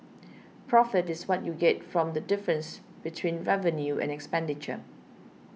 profit is what you get from the difference between revenue and expenditure